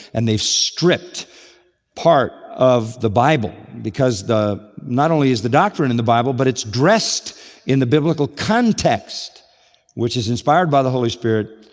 and they stripped part of the bible because not only is the doctrine in the bible, but it's dressed in the biblical context which is inspired by the holy spirit,